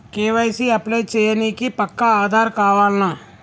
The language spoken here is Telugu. కే.వై.సీ అప్లై చేయనీకి పక్కా ఆధార్ కావాల్నా?